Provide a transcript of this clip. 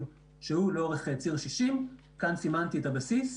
שהוא לאורך ציר 60. כאן סימנתי את הבסיס.